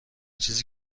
چیزی